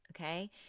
Okay